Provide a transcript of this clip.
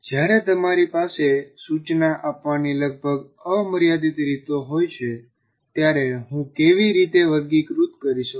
જ્યારે તમારી પાસે સૂચના આપવાની લગભગ અમર્યાદિત રીતો હોય છે ત્યારે હું કેવી રીતે વર્ગીકૃત કરી શકું